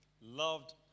loved